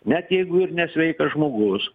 net jeigu ir nesveikas žmogus